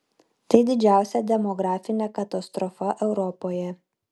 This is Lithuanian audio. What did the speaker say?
tai didžiausia demografinė katastrofa europoje